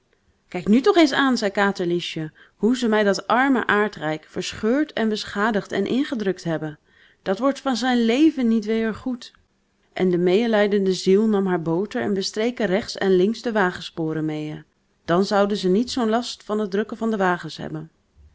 kijk nu toch eens aan zei katerliesje hoe ze mij dat arme aardrijk verscheurd en beschadigd en ingedrukt hebben dat wordt van zijn leven niet weêr goed en de meêlijdende ziel nam haar boter en bestreek er rechts en links de wagensporen meê dan zouden ze niet zoo n last van het drukken van de wagens hebben